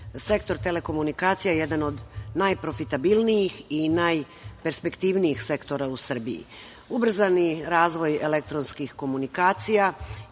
sektor telekomunikacija jedan od najprofitabilnijih i najperspektivnijih sektora u Srbiji. Ubrzani razvoj elektronskih komunikacija